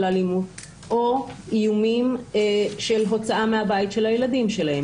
אלימות או איומים של הוצאה מהבית של ילדיהם.